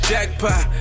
Jackpot